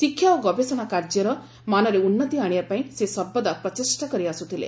ଶିକ୍ଷା ଓ ଗବେଷଣା କାର୍ଯ୍ୟର ମାନରେ ଉନ୍ନତି ଆଣିବା ପାଇଁ ସେ ସର୍ବଦା ପ୍ରଚେଷ୍ଟା କରି ଆସୁଥିଲେ